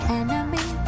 enemy